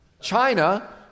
China